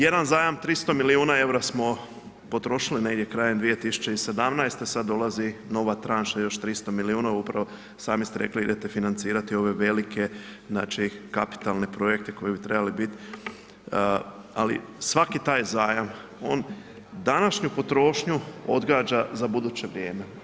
Jedan zajam 300 milijuna EUR-a smo potrošili negdje 2017. sad dolazi nova tranša još 300 milijuna upravo sami ste rekli idete financirati ove velike, znači kapitalne projekte koji bi trebali bit, ali svaki taj zajam, on današnju potrošnju odgađa za buduće vrijeme.